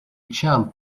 child